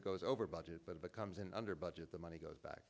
it goes over budget but if a comes in under budget the money goes back